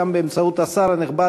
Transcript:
גם באמצעות השר הנכבד,